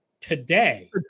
today